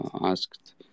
asked